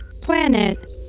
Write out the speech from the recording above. planet